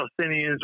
Palestinians